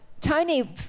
tony